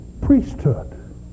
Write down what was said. priesthood